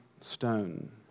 stone